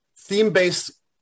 theme-based